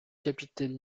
capitaine